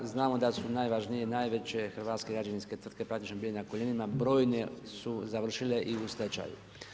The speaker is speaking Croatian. Znamo da su najvažnije, najveće hrvatske građevinske tvrtke praktički bile na koljenjima brojne su završile i u stečaju.